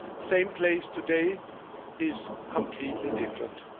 same place today is completely different.